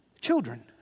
Children